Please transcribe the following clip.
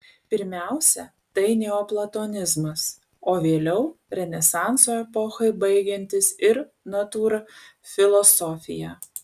pirmiausia tai neoplatonizmas o vėliau renesanso epochai baigiantis ir natūrfilosofija